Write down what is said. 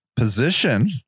position